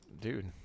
Dude